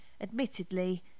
Admittedly